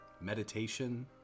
meditation